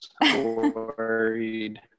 worried